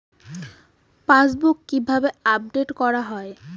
Passbook কিভাবে update করা হয়?